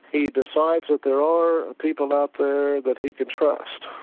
he decides that there are people out there that he can trust,